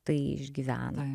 tai išgyvena